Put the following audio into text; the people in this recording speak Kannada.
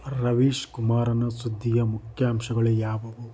ರವೀಶ್ ಕುಮಾರನ ಸುದ್ದಿಯ ಮುಖ್ಯಾಂಶಗಳು ಯಾವುವು